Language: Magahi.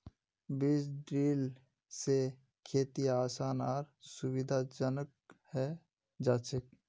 बीज ड्रिल स खेती आसान आर सुविधाजनक हैं जाछेक